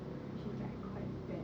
which is like quite bad